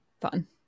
fun